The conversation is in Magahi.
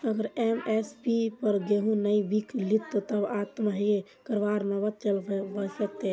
अगर एम.एस.पीर पर गेंहू नइ बीक लित तब आत्महत्या करवार नौबत चल वस तेक